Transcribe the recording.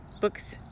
books